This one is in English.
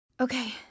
Okay